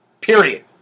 Period